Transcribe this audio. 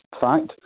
fact